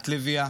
את לביאה.